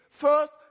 first